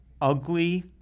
ugly